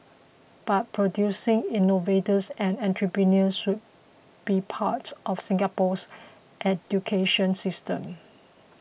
but producing innovators and entrepreneurs should be part of Singapore's education system